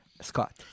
Scott